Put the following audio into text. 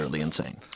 insane